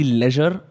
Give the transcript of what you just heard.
leisure